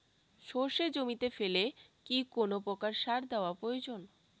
সর্ষে জমিতে ফেলে কি কোন প্রকার সার দেওয়া প্রয়োজন?